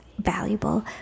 valuable